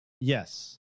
yes